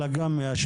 אלא גם מאשפה.